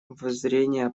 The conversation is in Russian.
воззрения